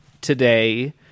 today